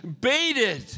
baited